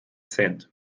cent